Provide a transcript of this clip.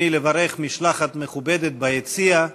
ברצוני לברך משלחת מכובדת ביציע,